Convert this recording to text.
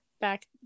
back